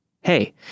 Hey